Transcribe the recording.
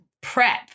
prep